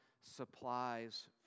supplies